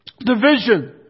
Division